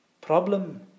Problem